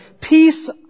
peace